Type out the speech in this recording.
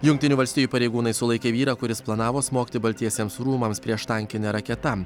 jungtinių valstijų pareigūnai sulaikė vyrą kuris planavo smogti baltiesiems rūmams prieštankine raketa